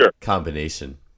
combination